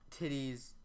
titties